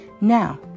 Now